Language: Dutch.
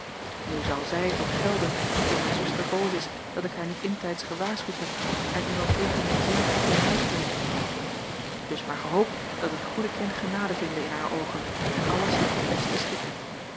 nu zal zij t ontgelden zoo mijn zuster boos is dat ik haar niet intijds gewaarschuwd heb en iemand tegen haar zin hier in huis breng dus maar gehoopt dat het goede kind genade vinde in haar oogen en alles zich ten beste schikke